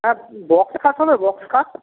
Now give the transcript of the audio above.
হ্যাঁ বক্স খাট হবে বক্স খাট